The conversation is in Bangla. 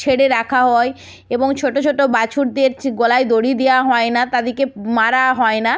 ছেড়ে রাখা হয় এবং ছোটো ছোটো বাছুরদের গলায় দড়ি দেয়া হয় না তাদেরকে মারা হয় না